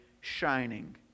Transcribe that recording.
shining